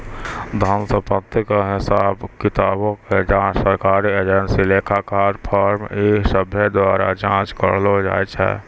धन संपत्ति के हिसाब किताबो के जांच सरकारी एजेंसी, लेखाकार, फर्म इ सभ्भे द्वारा जांच करलो जाय छै